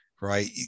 right